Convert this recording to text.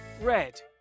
Red